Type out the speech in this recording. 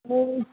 मुँह